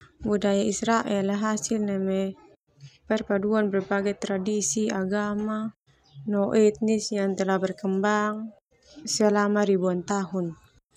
Budaya Israel ah hasil neme perpaduan berbagai tradisi, agama no etnis yang telah berkembang selama dibuan tahun.